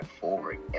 forward